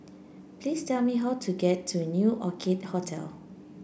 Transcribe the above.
please tell me how to get to New Orchid Hotel